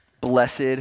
blessed